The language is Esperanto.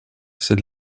sed